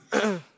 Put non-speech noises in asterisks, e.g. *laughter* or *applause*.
*coughs*